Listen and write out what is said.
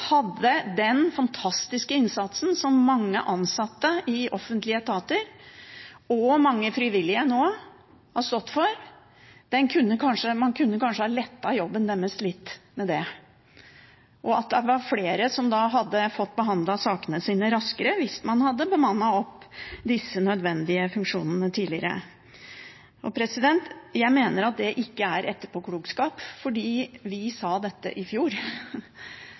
den fantastiske innsatsen som mange ansatte i offentlige etater og mange frivillige nå har stått for, kunne man kanskje ha lettet jobben deres litt med det, og at det var flere som hadde fått behandlet sakene sine raskere hvis man hadde bemannet opp disse nødvendige funksjonene tidligere. Jeg mener at det ikke er etterpåklokskap, fordi vi sa dette i fjor,